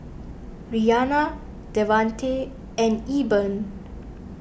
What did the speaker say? Rianna Devante and Eben